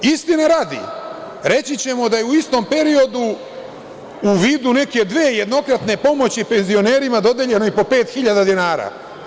Istine radi, reći ćemo da je u istom periodu, u vidu neke dve jednokratne pomoći, penzionerima dodeljeno i po pet hiljada dinara.